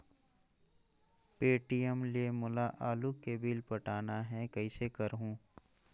Paytm ले मोला आलू के बिल पटाना हे, कइसे करहुँ?